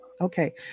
okay